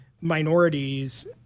minorities